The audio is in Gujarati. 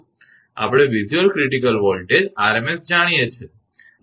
આપણે વિઝ્યુઅલ ક્રિટિકલ વોલ્ટેજ આરએમએસ જાણીએ છીએ